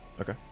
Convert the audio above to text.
Okay